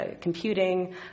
computing